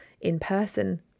in-person